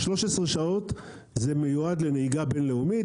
ה-13 שעות מיועדות לנהיגה בין לאומית,